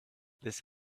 this